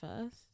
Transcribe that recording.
first